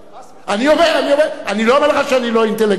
אני לא אומר לך שאני לא אינטליגנט ולא אינטלקטואל.